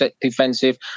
defensive